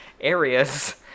areas